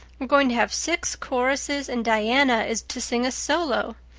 we're going to have six choruses and diana is to sing a solo.